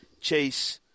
Chase